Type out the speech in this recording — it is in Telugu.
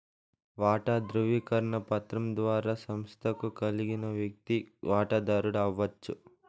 వాటా దృవీకరణ పత్రం ద్వారా సంస్తకు కలిగిన వ్యక్తి వాటదారుడు అవచ్చు